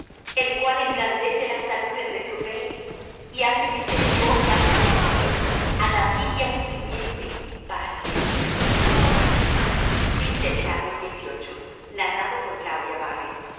el cual engrandece las saludes de su rey y hace misericordia á su ungido a david y á su simiente para siempre